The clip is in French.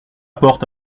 porte